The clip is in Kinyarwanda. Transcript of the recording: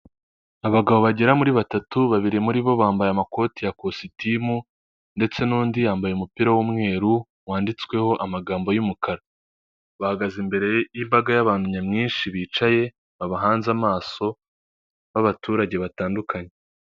Abagabo bagera muri batatu babiri muri bo bambaye amakoti ya kositimu ndetse n'undi yambaye umupira w'umweru wanditsweho amagambo y'umukara, bahagaze imbere y'imbaga y'abantu nyamwinshi bicaye babahanze amaso b'abaturage batandukanye.